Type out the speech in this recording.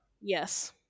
Yes